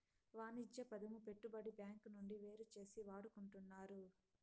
వాణిజ్య పదము పెట్టుబడి బ్యాంకు నుండి వేరుచేసి వాడుకుంటున్నారు